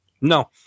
No